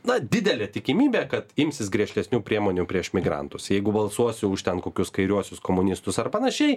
na didelė tikimybė kad imsis griežtesnių priemonių prieš migrantus jeigu balsuosiu už ten kokius kairiuosius komunistus ar panašiai